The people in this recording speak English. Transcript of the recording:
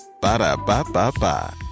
ba-da-ba-ba-ba